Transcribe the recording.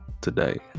today